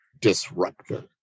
disruptor